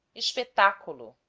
espectaculo